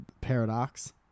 Paradox